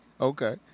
Okay